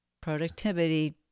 productivity